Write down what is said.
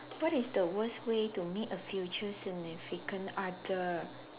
what is the worst way to meet a future significant other